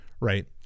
right